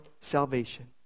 salvation